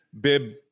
Bib